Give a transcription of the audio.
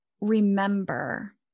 remember